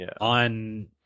on